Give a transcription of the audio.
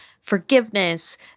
forgiveness